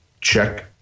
check